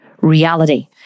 reality